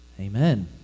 amen